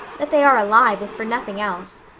that they are alive, if for nothing else.